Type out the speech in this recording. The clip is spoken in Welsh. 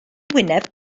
wyneb